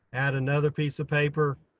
add another piece of paper.